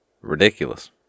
Ridiculous